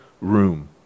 room